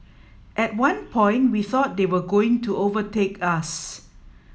at one point we thought they were going to overtake us